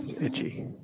Itchy